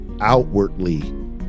outwardly